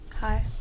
Hi